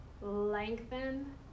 Lengthen